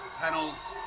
Panels